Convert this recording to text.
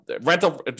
rental